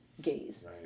gaze